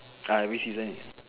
ah which season is